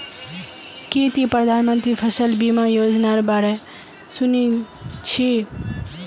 की ती प्रधानमंत्री फसल बीमा योजनार बा र सुनील छि